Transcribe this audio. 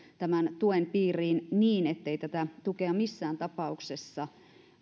tämän tuen piiriin niin ettei tätä tukea missään tapauksessa